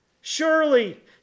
Surely